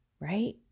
right